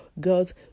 girls